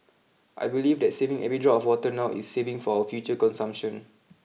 I believe that saving every drop of water now is saving for our future consumption